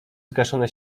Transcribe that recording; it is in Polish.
zgaszone